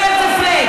יהיה flat.